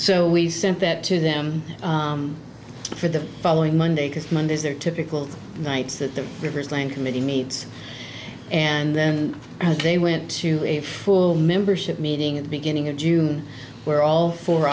so we sent that to them for the following monday because monday is their typical nights that the rivers land committee meets and then they went to a full membership meeting at the beginning of june where all four